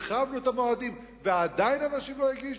הרחבנו את המועדים ועדיין אנשים לא הגישו?